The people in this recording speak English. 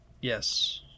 Yes